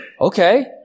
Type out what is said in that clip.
Okay